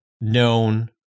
known